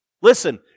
Listen